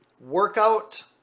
workout